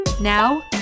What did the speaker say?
Now